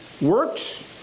Works